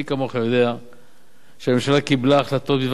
מי כמוך יודע שהממשלה קיבלה החלטות בדבר